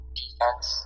defense